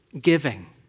giving